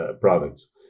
products